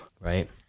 right